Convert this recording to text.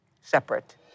separate